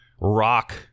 rock